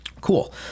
Cool